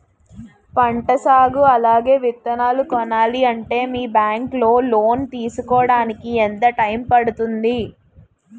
పంట సాగు అలాగే విత్తనాలు కొనాలి అంటే మీ బ్యాంక్ లో లోన్ తీసుకోడానికి ఎంత టైం పడుతుంది?